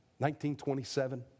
1927